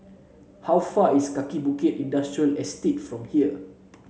how far is Kaki Bukit Industrial Estate from here